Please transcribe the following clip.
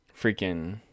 freaking